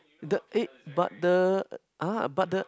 the eh but the ah but the